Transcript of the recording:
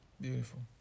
beautiful